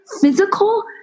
physical